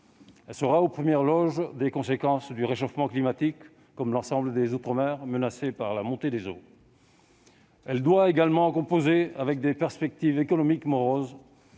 elle sera aux premières loges des conséquences du réchauffement climatique, comme l'ensemble des terres d'outre-mer menacées par la montée des eaux. Elle doit également composer avec des perspectives économiques moroses.